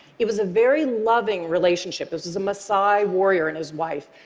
it was a very loving relationship. this was a maasai warrior and his wife,